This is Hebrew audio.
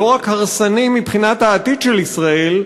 לא רק הרסני מבחינת העתיד של ישראל,